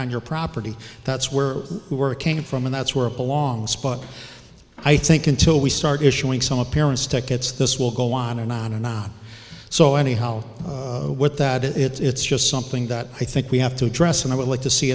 on your property that's where we were came from and that's where it belongs but i think until we start issuing some appearance tickets this will go on and on and on so anyhow with that it's just something that i think we have to address and i would like to see